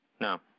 No